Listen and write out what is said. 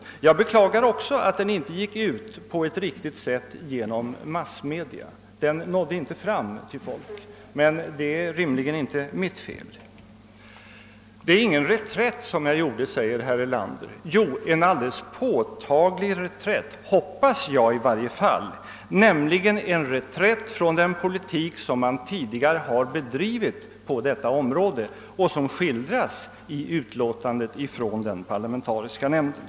Också jag beklagar att den inte gick ut på ett riktigt sätt genom massmedia. Den nådde inte fram till folket. Men detta är rimligen inte mitt fel! Herr Erlander säger att han inte gjort någon reträtt. Jo, det var en alldeles påtaglig reträtt — i varje fall hoppas jag det — nämligen från den politik som man tidigare har bedrivit på detta område och som skildras i utlåtandet från den parlamentariska nämnden.